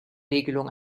regelung